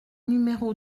numéro